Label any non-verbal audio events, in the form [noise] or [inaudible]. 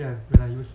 [noise]